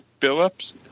Phillips